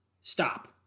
stop